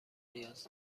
نیاز